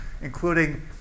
including